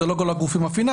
זה לא כל הגופים הפיננסים,